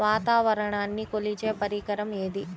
వాతావరణాన్ని కొలిచే పరికరం ఏది?